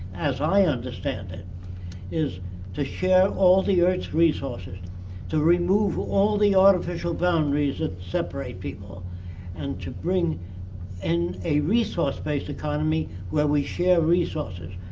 as i understand it is to share all the earth's resources to remove all the artificial boundaries that separate people and to bring in a resource-based economy where we share resources.